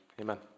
Amen